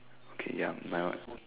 okay ya my one